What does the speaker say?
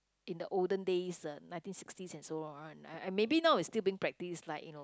in the olden days uh nineteen sixties and so on uh maybe now it's still being practiced like you know